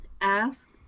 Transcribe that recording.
Ask